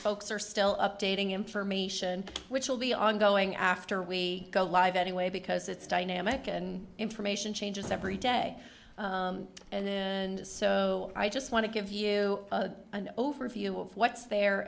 folks are still updating information which will be ongoing after we go live anyway because it's dynamic and information changes every day and and so i just want to give you an overview of what's there